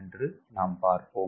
என்று பார்ப்போம்